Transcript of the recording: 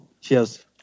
Cheers